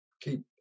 keep